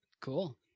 Cool